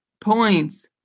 points